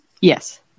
Yes